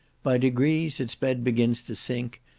by degrees its bed begins to sink,